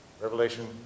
Revelation